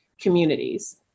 communities